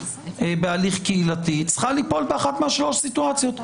בהליך קהילתי צריכה ליפול באחת משלוש הסיטואציות.